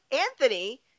Anthony